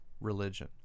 religion